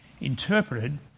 interpreted